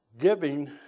Giving